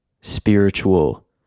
spiritual